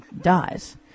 dies